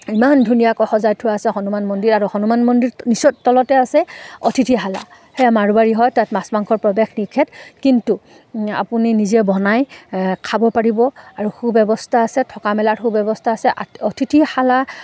ইমান ধুনীয়াকৈ সজাই থোৱা আছে হনুমান মন্দিৰ আৰু হনুমান মন্দিৰ নিচৰ তলতে আছে অতিথিশালা সেয়া মাৰৱাৰী হয় তাত মাছ মাংসৰ প্ৰৱেশ নিষেধ কিন্তু আপুনি নিজে বনাই খাব পাৰিব আৰু সু ব্যৱস্থা আছে থকা মেলাৰ সু ব্যৱস্থা আছে অতিথিশালা